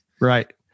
right